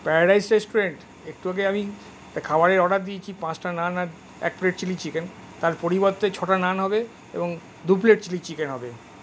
paradise restaurant একটু আগে আমি খাবারের অর্ডার দিয়েছি পাঁচটা নান আর এক প্লেট চিলি চিকেন তার পরিবর্তে ছটা নান হবে এবং দু প্লেট চিলি চিকেন হবে